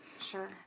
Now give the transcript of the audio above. sure